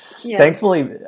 thankfully